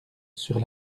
sur